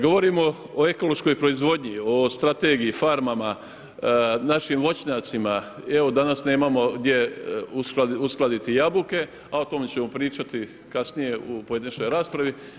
Govorimo o ekološkoj proizvodnji, o strategiji, farmama, našim voćnjacima, evo danas nemamo gdje uskladiti jabuke, a o tome ćemo pričati kasnije u pojedinačnoj raspravi.